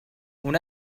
اون